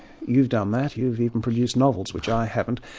you've done that, you've even produced novels, which i haven't.